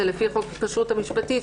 זה לפי חוק הכשרות המשפטית.